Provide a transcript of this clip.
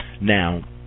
Now